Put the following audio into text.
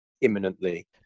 imminently